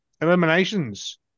eliminations